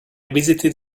visited